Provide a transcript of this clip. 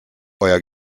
euer